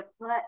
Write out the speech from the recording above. put